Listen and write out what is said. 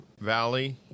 Valley